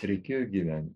reikėjo gyventi